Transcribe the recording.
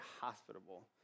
hospitable